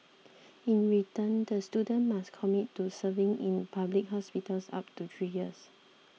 in return the students must commit to serving in public hospitals up to three years